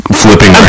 flipping